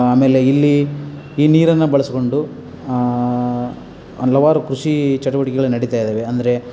ಆಮೇಲೆ ಇಲ್ಲಿ ಈ ನೀರನ್ನು ಬಳಸ್ಕೊಂಡು ಹಲವಾರು ಕೃಷಿ ಚಟುವಟಿಕೆಗಳು ನಡಿತಾಯಿದ್ದಾವೆ ಅಂದರೆ